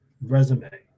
resume